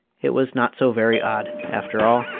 it was not so very odd, after all,